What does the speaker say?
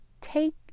take